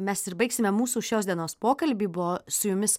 mes ir baigsime mūsų šios dienos pokalbį buvo su jumis